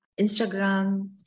Instagram